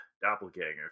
doppelganger